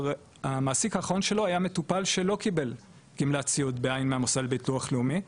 המעסיק האחרון שלו היה מטופל שלא קיבל גמלת סיעוד מהביטוח לאומי,